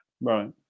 Right